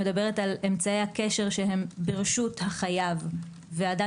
שמדברת על אמצעי הקשר שהם ברשות החייב ואדם